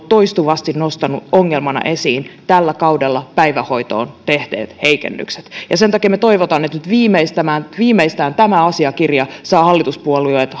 toistuvasti nostanut ongelmana esiin tällä kaudella päivähoitoon tehdyt heikennykset ja sen takia me toivomme että nyt viimeistään viimeistään tämä asiakirja saa hallituspuolueet